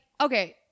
okay